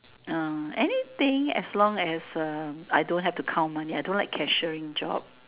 uh anything as long as uh I don't have to count yet I don't like cashiering job